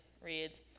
reads